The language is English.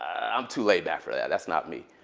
i'm too laid back for that. that's not me.